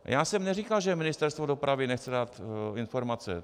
Já jsem neříkal, že Ministerstvo dopravy nechce dát informace.